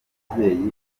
babyeyi